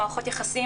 מערכות יחסים,